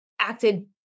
acted